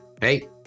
Hey